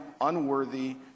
unworthy